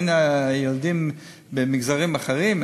אין ילדים במגזרים אחרים?